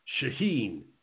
Shaheen